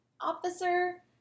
officer